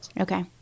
Okay